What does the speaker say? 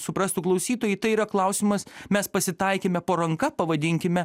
suprastų klausytojai tai yra klausimas mes pasitaikėme po ranka pavadinkime